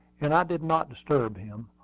and i did not disturb him,